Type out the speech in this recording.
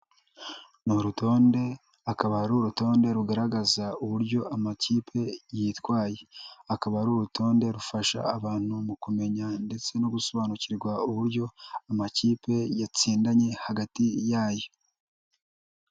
Ni urutonde akaba ari urutonde rugaragaza uburyo amakipe yitwaye, akaba ari urutonde rufasha abantu mu kumenya ndetse no gusobanukirwa uburyo amakipe yatsindanye hagati yayo.